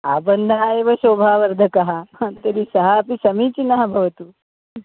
आबन्धः एव शोभावर्धकः तर्हि सः अपि समीचीनः भवतु